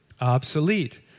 obsolete